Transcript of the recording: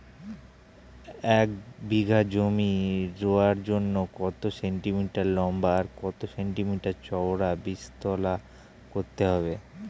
এক বিঘা জমি রোয়ার জন্য কত সেন্টিমিটার লম্বা আর কত সেন্টিমিটার চওড়া বীজতলা করতে হবে?